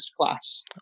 class